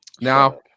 now